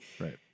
Right